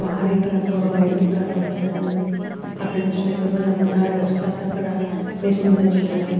माहारिफोरा बर' आइजोफोरा बांसिनानो आखायजों सुनायखौ मोजां मोनो आरो सिख्लासाफोरा मेसिनजों सुनाय